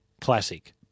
classic